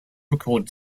recorded